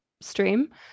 stream